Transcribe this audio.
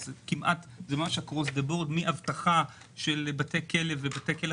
זה כמעט ממש באופן גורף ומשמעותי: מאבטחה של בתי כלא ובתי כלא